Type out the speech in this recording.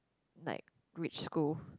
like rich school